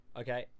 okay